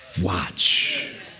watch